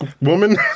Woman